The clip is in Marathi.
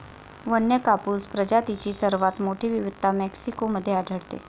वन्य कापूस प्रजातींची सर्वात मोठी विविधता मेक्सिको मध्ये आढळते